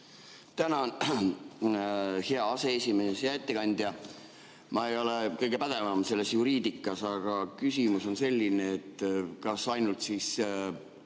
Tänan hea aseesimees! Hea ettekandja! Ma ei ole kõige pädevam selles juriidikas, aga küsimus on selline. Kas ainult siis